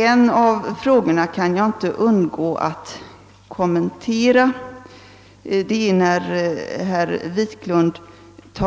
En av frågorna kan jag inte underlåta att kommentera, nämligen den som gäller den inverkan som